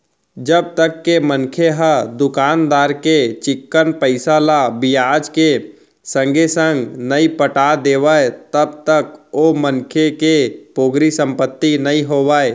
जब तक के मनखे ह दुकानदार के चिक्कन पइसा ल बियाज के संगे संग नइ पटा देवय तब तक ओ मनखे के पोगरी संपत्ति नइ होवय